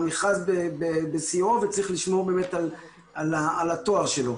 המכרז בשיאו וצריך לשמור באמת על הטוהר שלו.